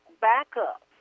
backup